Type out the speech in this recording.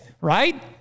right